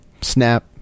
snap